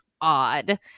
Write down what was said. odd